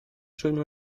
schön